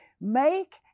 Make